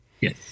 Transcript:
Yes